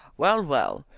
well, well,